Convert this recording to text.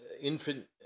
infant